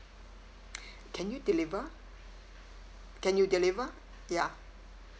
can you deliver can you deliver ya